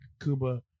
Cuba